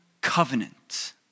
covenant